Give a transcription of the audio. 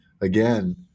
again